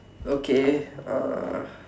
okay uh